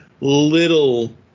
little